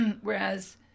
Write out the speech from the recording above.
whereas